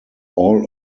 all